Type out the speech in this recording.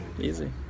easy